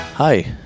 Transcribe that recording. Hi